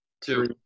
Two